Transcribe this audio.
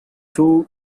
two